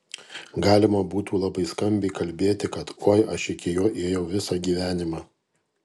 galima būtų labai skambiai kalbėti kad oi aš iki jo ėjau visą gyvenimą